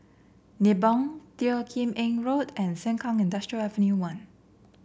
Nibong Teo Kim Eng Road and Sengkang Industrial Avenue One